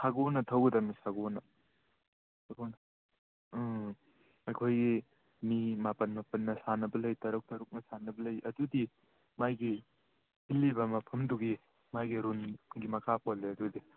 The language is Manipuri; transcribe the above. ꯁꯒꯣꯜꯅ ꯊꯧꯒꯗꯕꯅꯦ ꯁꯒꯣꯜꯅ ꯁꯒꯣꯜꯅ ꯑꯥ ꯑꯩꯈꯣꯏꯒꯤ ꯃꯤ ꯃꯥꯄꯟ ꯃꯥꯄꯟꯅ ꯁꯥꯟꯅꯕ ꯂꯩ ꯇꯔꯨꯛ ꯇꯔꯨꯛꯅ ꯁꯥꯟꯅꯕ ꯂꯩ ꯑꯗꯨꯗꯤ ꯃꯥꯒꯤ ꯁꯤꯜꯂꯤꯕ ꯃꯐꯝꯗꯨꯒꯤ ꯃꯥꯒꯤ ꯔꯨꯜꯒꯤ ꯃꯈꯥ ꯄꯣꯜꯂꯦ ꯑꯗꯨꯗꯤ